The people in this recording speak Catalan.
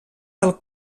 del